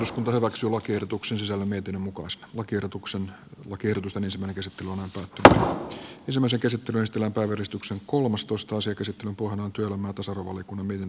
iskut ovat sulaketutuksensa lemmetyn mukaansa lakiehdotuksen kokeilusta myös vaneriset lumetettu ison osan käsittelystä ja porrastuksen käsittelyn pohjana on työelämä ja tasa arvovaliokunnan mietintö